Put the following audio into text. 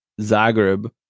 Zagreb